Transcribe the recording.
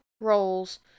roles